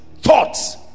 thoughts